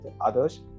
others